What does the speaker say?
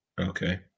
Okay